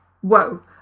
whoa